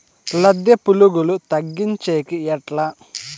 లద్దె పులుగులు తగ్గించేకి ఎట్లా?